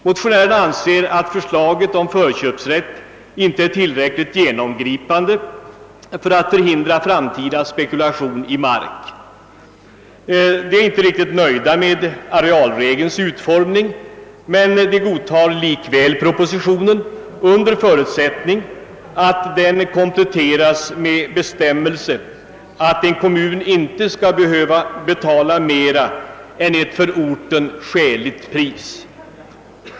Motionärerna anser att förslaget om förköpsrätt inte är tillräckligt genomgripande för att förhindra framtida spekulation i mark. De är inte riktigt nöjda med arealregelns utformning men godtar likväl propositionen under förutsättning att den kompletteras med bestämmelser om att en kommun inte skall behöva betala mer än ett för orten skäligt pris.